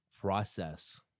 process